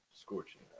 scorching